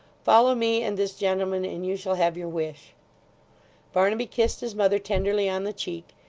follow me and this gentleman, and you shall have your wish barnaby kissed his mother tenderly on the cheek,